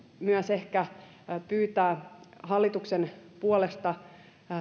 myös ehkä pyytää hallituksen puolesta